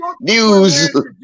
news